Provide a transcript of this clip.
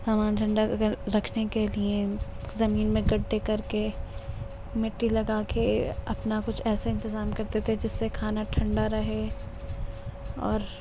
سامان ٹھنڈا کر رکھنے کے لئے زمین میں گڈھے کر کے مٹی لگا کے اپنا کچھ ایسا انتظام کرتے تھے جس سے کھانا ٹھنڈا رہے اور